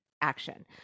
action